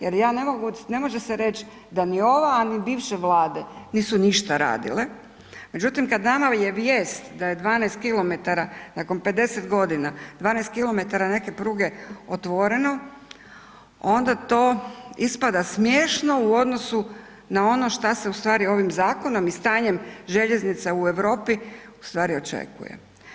Jer ja ne mogu, ne može se reći da ni ova, a ni bivše Vlade nisu ništa radile, međutim, kad nama je vijest da je 12 km nakon 50 g., 12 km neke pruge otvoreno, onda to ispada smiješno u odnosu na ono što se ustvari ovim zakonom i stanjem željeznica u Europi ustvari očekuje.